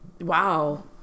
wow